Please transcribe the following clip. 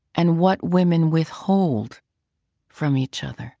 and what women withhold from each other